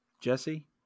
Jesse